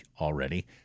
already